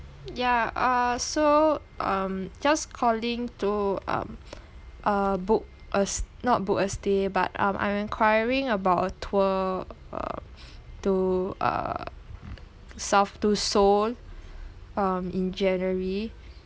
ya uh so um just calling to um uh book as not book a stay but um I'm enquiring about a tour uh to uh south to seoul um in january